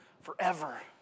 forever